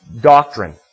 doctrine